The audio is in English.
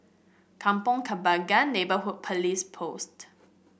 Kampong Kembangan Neighbourhood Police Post